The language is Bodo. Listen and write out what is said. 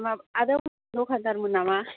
आदाया दखानदारमोन नामा